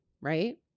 right